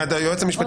היועץ המשפטי,